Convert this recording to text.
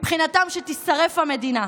מבחינתם, שתישרף המדינה.